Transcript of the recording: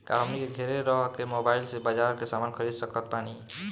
का हमनी के घेरे रह के मोब्बाइल से बाजार के समान खरीद सकत बनी?